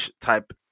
type